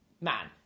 man